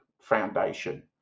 Foundation